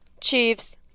Chiefs